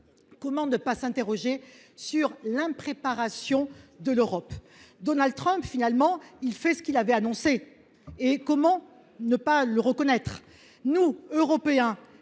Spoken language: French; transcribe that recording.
comment ne pas s’interroger sur l’impréparation de l’Europe ? Après tout, Donald Trump ne fait que ce qu’il avait annoncé ; comment ne pas le reconnaître ? Nous, Européens,